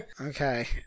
Okay